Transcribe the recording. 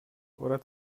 oder